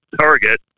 target